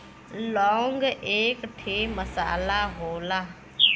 लौंग एक ठे मसाला होला